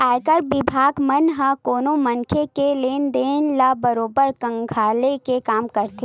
आयकर बिभाग मन ह कोनो मनखे के लेन देन ल बरोबर खंघाले के काम करथे